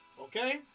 okay